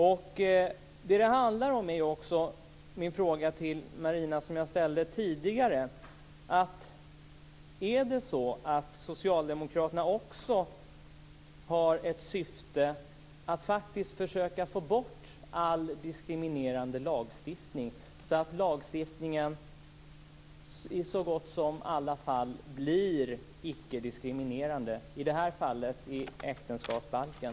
Vad det handlar om är också den fråga som jag ställde till Marina tidigare: Är det så att socialdemokraterna också har syftet att faktiskt försöka få bort all diskriminerande lagstiftning, så att lagstiftningen i så gott som alla fall blir ickediskriminerande? I det här fallet gäller det äktenskapsbalken.